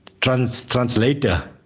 translator